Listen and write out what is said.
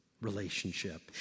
relationship